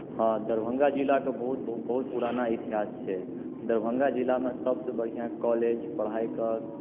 हँ दरभङ्गा जिलाके बहुत बहुत पुराना इतिहास छै दरभङ्गा जिलामे सभसँ बढ़िआँ कॉलेज पढ़ाइके